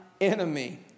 enemy